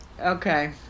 Okay